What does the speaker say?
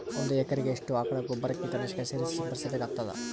ಒಂದು ಎಕರೆಗೆ ಎಷ್ಟು ಆಕಳ ಗೊಬ್ಬರ ಕೀಟನಾಶಕ ಸೇರಿಸಿ ಸಿಂಪಡಸಬೇಕಾಗತದಾ?